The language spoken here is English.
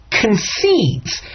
concedes